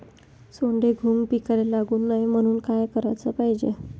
सोंडे, घुंग पिकाले लागू नये म्हनून का कराच पायजे?